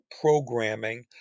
programming